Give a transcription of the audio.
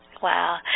Wow